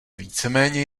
víceméně